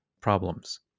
problems